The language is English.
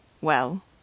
Well